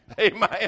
Amen